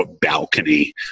balcony